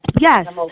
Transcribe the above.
Yes